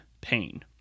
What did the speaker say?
pain